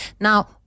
Now